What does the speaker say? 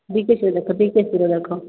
ଭିକେସିର ଦେଖ ଭିକେସିର ଦେଖ